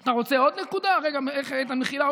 אתה רוצה עוד נקודה, איתן, מחילה.